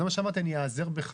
זה מה שאמרתי, אני איעזר בך.